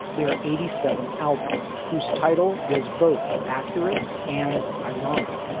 their eighty seven album whose title was both accurate and ironic.